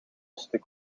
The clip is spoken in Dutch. stuk